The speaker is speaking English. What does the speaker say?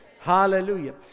Hallelujah